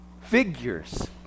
figures